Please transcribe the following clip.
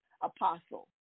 apostle